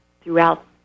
throughout